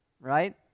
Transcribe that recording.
Right